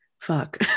Fuck